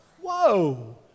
Whoa